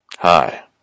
Hi